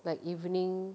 like evening